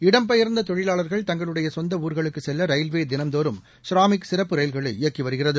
இடம்பெயர்ந்ததொழிலாளர்கள் தங்களுடையசொந்தஊர்களுக்குசெல்லரயில்வேதினந்தோறும் ஷ்ராமிக் சிறப்பு ரயில்களை இயக்கிவருகிறது